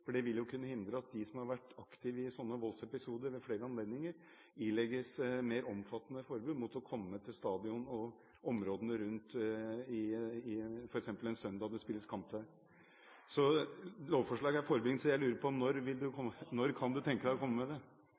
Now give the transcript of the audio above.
Det vil kunne hindre at de som ved flere anledninger har vært aktive i sånne voldsepisoder, ilegges mer omfattende forbud mot å komme til stadion og områdene rundt – f.eks. en søndag det spilles kamper. Statsråd Anundsen, vær så god. Lovforslaget er fordringen. Jeg lurer på: Når kan statsråden tenke seg å komme med det?